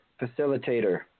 facilitator